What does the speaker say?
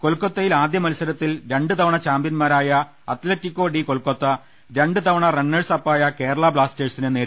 കൊൽക്കൊത്തയിൽ ആദ്യമത്സരത്തിൽ രണ്ട്തവണ ചാമ്പ്യൻമാരായ അത്ലറ്റികോ ഡി കൊൽകൊത്ത രണ്ട് തവണ റണ്ണേ ഴ്സ് അപ്പായ കേരളാ ബ്ലാസ്റ്റേഴ്സിനെ നേരിടും